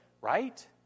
right